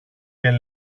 και